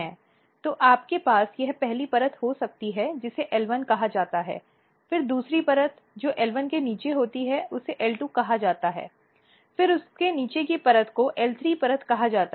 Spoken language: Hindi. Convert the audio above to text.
तो आपके पास यह पहली परत हो सकती है जिसे L1 कहा जाता है फिर दूसरी परत जो L1 के नीचे होती है उसे L2 कहा जाता है और फिर उसके नीचे की परत को L3 परत कहा जाता है